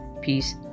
peace